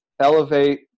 elevate